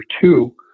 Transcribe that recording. two